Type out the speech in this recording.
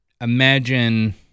Imagine